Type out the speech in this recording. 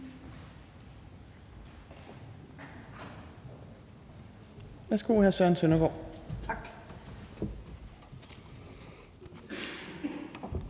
Tak